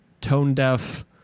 tone-deaf